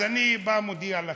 אז אני כבר מודיע לכם: